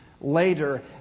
Later